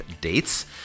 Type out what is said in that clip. Dates